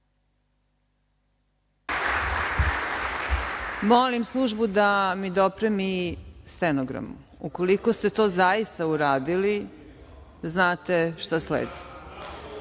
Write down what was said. Molim službu da mi dopremi stenogram. Ukoliko ste to zaista uradili, znate šta